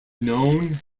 known